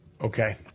Okay